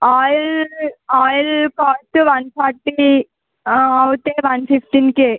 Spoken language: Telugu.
oil oil cost one forty అయితే వన్ ఫిఫ్టీన్కే